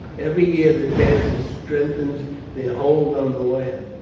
every year that passes strengthens their hold on the land.